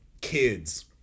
kids